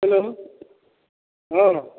hello हाँ